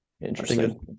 Interesting